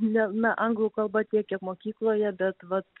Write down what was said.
ne na anglų kalba tiek kiek mokykloje bet vat